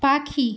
পাখি